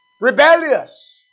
Rebellious